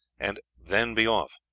and then be off.